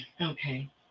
Okay